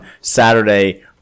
Saturday